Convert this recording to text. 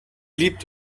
liebt